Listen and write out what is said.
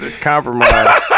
Compromise